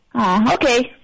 Okay